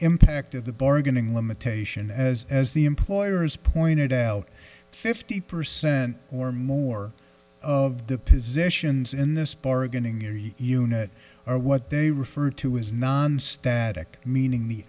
impact of the bargaining limitation as as the employers pointed out fifty percent or more of the positions in this bargaining unit are what they refer to is non static meaning the